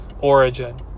origin